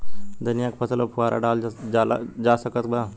धनिया के फसल पर फुहारा डाला जा सकत बा?